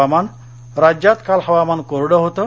हवामान् राज्यात काल हवामान कोरडं होतं